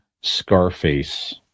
Scarface